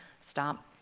stop